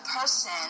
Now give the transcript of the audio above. person